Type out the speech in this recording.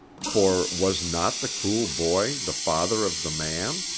for was not the cruel boy the father of the man?